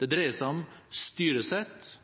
Det dreier seg om styresett,